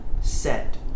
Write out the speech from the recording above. set